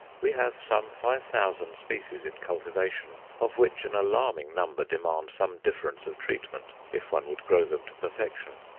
we have some five thousand species in cultivation, of which an alarming number demand some difference of treatment if one would grow them to perfection.